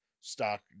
Stock